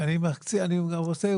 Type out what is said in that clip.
אני עושה,